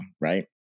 right